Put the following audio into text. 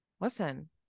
Listen